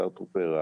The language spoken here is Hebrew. השר טרופר,